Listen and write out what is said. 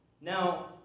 Now